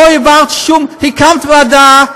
לא העברת שום, הקמת ועדה.